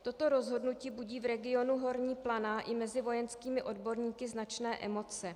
Toto rozhodnutí budí v regionu Horní Planá i mezi vojenskými odborníky značné emoce.